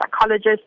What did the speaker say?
psychologist